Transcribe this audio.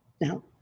Now